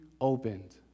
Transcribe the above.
opened